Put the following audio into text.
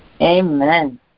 Amen